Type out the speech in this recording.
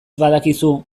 badakizu